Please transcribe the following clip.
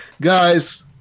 Guys